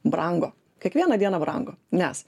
brango kiekvieną dieną brango nes